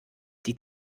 die